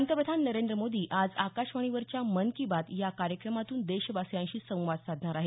पंतप्रधान नरेंद्र मोदी आज आकाशवाणीवरच्या मन की बात या कार्यक्रमातून देशवासीयांशी संवाद साधणार आहेत